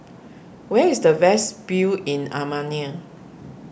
where is the best view in Armenia